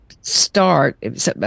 start